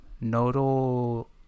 Nodal